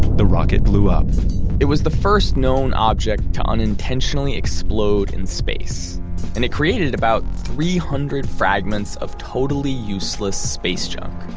the rocket blew up it was the first known object to unintentionally explode in space and it created about three hundred fragments of totally useless space junk.